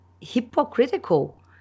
hypocritical